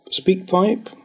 Speakpipe